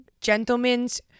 gentlemen's